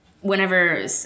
whenever